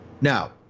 Now